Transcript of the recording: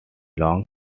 long